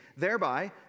Thereby